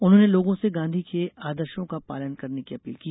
उन्होंने लोगों से गांधी के आदर्शो का पालन करने की अपील की